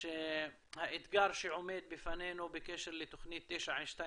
שהאתגר שעומד בפנינו בקשר לתוכנית 922